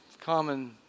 common